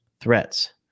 threats